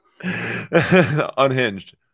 Unhinged